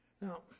Now